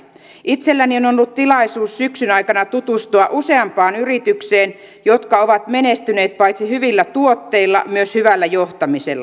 itselläni on ollut tilaisuus syksyn aikana tutustua useampaan yritykseen jotka ovat menestyneet paitsi hyvillä tuotteilla myös hyvällä johtamisella